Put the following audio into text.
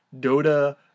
Dota